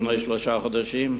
לפני שלושה חודשים?